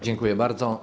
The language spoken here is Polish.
Dziękuję bardzo.